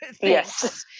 yes